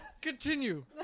Continue